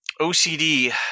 OCD